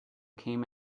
came